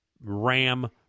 ram